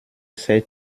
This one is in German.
zeit